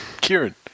Kieran